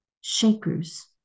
shakers